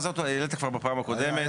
העניין העלית כבר בפעם הקודמת.